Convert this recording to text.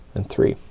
and three.